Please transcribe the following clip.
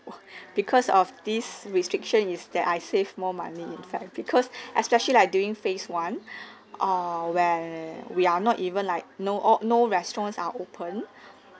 because of this restriction is that I save more money in fact because especially like during phase one err where we are not even like know all no restaurants are open